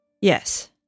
Yes